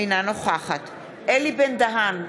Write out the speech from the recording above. אינה נוכחת אלי בן-דהן,